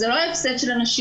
זה לא הפסד של הנשים,